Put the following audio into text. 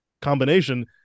combination